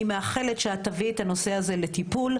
אני מאחלת שאת תביאי את הנושא הזה לטיפול.